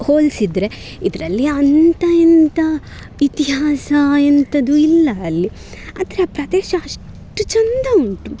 ಹೋಲಿಸಿದ್ರೆ ಇದರಲ್ಲಿ ಅಂಥ ಎಂತ ಇತಿಹಾಸ ಎಂಥದು ಇಲ್ಲ ಅಲ್ಲಿ ಆದರೆ ಆ ಪ್ರದೇಶ ಅಷ್ಟು ಚಂದ ಉಂಟು